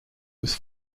was